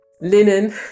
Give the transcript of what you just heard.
linen